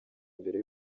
imbere